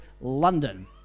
London